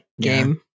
game